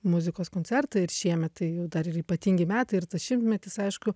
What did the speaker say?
muzikos koncertą ir šiemet tai dar ir ypatingi metai ir tas šimtmetis aišku